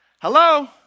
hello